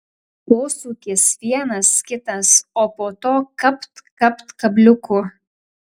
posūkis vienas kitas o po to kapt kapt kabliuku